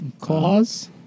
Cause